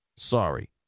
Sorry